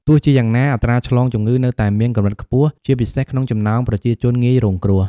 ទោះជាយ៉ាងណា អត្រាឆ្លងជំងឺនៅតែមានកម្រិតខ្ពស់ ជាពិសេសក្នុងចំណោមប្រជាជនងាយរងគ្រោះ។